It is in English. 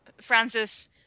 Francis